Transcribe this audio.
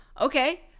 okay